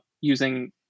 using